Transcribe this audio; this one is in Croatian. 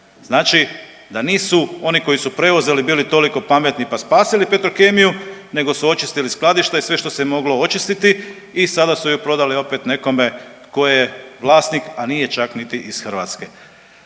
Znači da nisu oni koji su preuzeli bili toliko pametni pa spasili Petrokemiju nego su očistili skladišta i sve što je moglo očistiti i sada su ju prodali opet nekome tko je vlasnik, a nije čak niti iz Hrvatske.